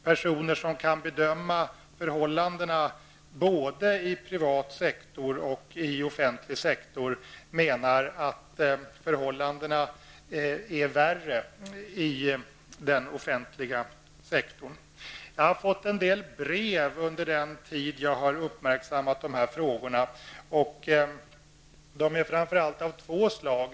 Personer som kan bedöma förhållandena både i privat sektor och i offentlig sektor menar att förhållandena är värre i den offentliga sektorn. Jag har fått en del brev under den tid jag har uppmärksammat dessa frågor. De är framför allt av två slag.